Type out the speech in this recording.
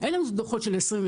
אין לנו דוחות של 22',